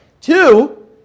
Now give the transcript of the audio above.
Two